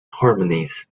harmonies